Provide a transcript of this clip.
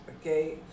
okay